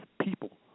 people